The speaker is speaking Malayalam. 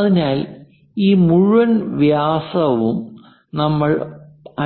അതിനാൽ ഈ മുഴുവൻ വ്യാസവും നമ്മൾ